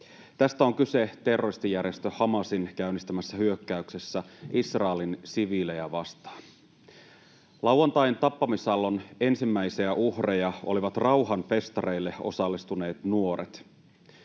Tästä on kyse terroristijärjestö Hamasin käynnistämässä hyökkäyksessä Israelin siviilejä vastaan. Lauantain tappamisaallon ensimmäisiä uhreja olivat rauhanfestareille osallistuneet nuoret.